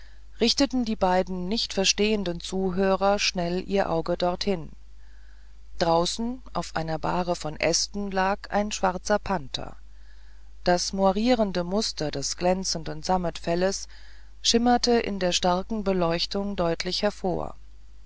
richteten die beiden nicht verstehenden zuhörer schnell ihre augen dorthin draußen auf einer bahre von ästen lag ein schwarzer panther das moirierende muster des glänzenden sammetfelles schimmerte in der starken beleuchtung deutlich hervor